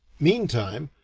meantime,